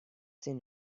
seen